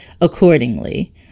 accordingly